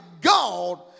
God